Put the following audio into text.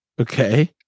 Okay